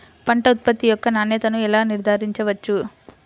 పంట ఉత్పత్తి యొక్క నాణ్యతను ఎలా నిర్ధారించవచ్చు?